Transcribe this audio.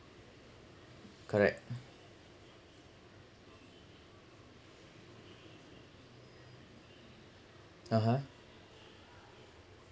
correct (uh huh)